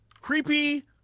creepy